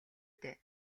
дээ